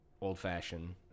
old-fashioned